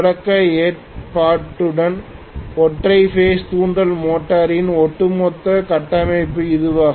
தொடக்க ஏற்பாட்டுடன் ஒற்றை பேஸ் தூண்டல் மோட்டரின் ஒட்டுமொத்த கட்டமைப்பு இதுவாகும்